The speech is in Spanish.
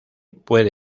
puede